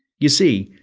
you see,